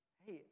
hey